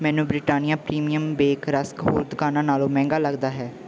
ਮੈਨੂੰ Britannia premium bake rusk ਹੋਰ ਦੁਕਾਨਾਂ ਨਾਲੋਂ ਮਹਿੰਗਾ ਲੱਗਦਾ ਹੈ